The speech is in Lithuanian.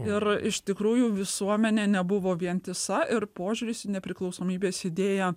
ir iš tikrųjų visuomenė nebuvo vientisa ir požiūris į nepriklausomybės idėją